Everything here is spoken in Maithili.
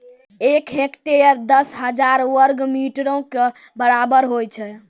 एक हेक्टेयर, दस हजार वर्ग मीटरो के बराबर होय छै